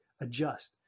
adjust